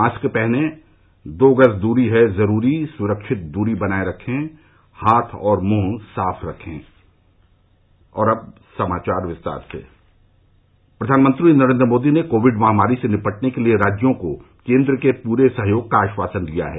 mask पहनें दो गज दूरी है जरूरी सुरक्षित दूरी बनाये रखें हाथ और मुंह साफ रखें प्रधानमंत्री नरेन्द्र मोदी ने कोविड महामारी से निपटने के लिए राज्यों को केंद्र के पूरे सहयोग का आश्वासन दिया है